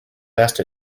best